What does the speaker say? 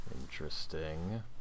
interesting